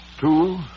Two